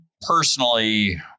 personally